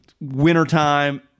wintertime